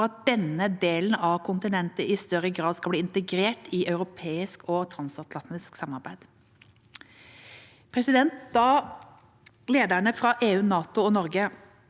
for at denne delen av kontinentet i større grad skal bli integrert i europeisk og transatlantisk samarbeid. Da lederne fra EU, NATO og Norge